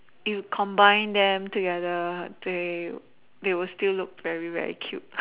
if combined them together they they will still look very very cute